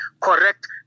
correct